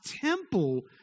temple